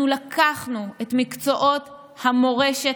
אנחנו לקחנו את מקצועות המורשת,